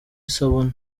isabune